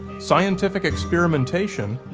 scientific experimentation,